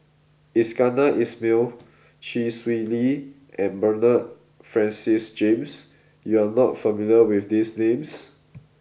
Iskandar Ismail Chee Swee Lee and Bernard Francis James you are not familiar with these names